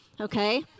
Okay